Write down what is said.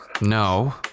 No